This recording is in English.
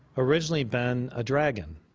originally been a dragon